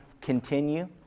continue